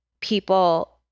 people